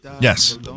Yes